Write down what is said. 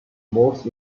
most